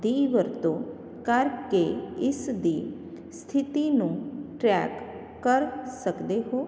ਦੀ ਵਰਤੋਂ ਕਰਕੇ ਇਸ ਦੀ ਸਥਿਤੀ ਨੂੰ ਟਰੈਕ ਕਰ ਸਕਦੇ ਹੋ